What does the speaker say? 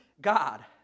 God